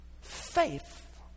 faith